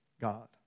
God